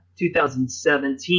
2017